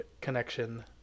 connection